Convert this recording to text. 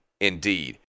indeed